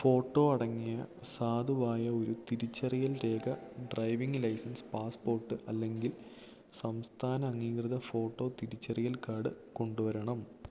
photo അടങ്ങിയ സാധുവായ ഒരു തിരിച്ചറിയൽ രേഖ ഡ്രൈവിങ് ലൈസൻസ് പാസ്പോർട്ട് അല്ലെങ്കിൽ സംസ്ഥാന അംഗീകൃത ഫോട്ടോ തിരിച്ചറിയൽ കാർഡ് കൊണ്ടുവരണം